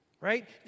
right